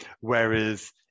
whereas